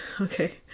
Okay